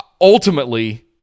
ultimately